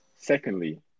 Secondly